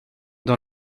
dans